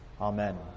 Amen